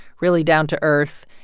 really down to earth.